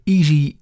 Easy